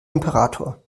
imperator